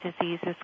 diseases